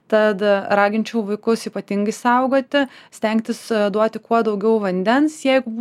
tad raginčiau vaikus ypatingai saugoti stengtis duoti kuo daugiau vandens jeigu